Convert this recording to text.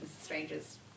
strangers